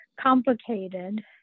complicated